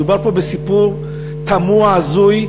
מדובר פה בסיפור תמוה, הזוי,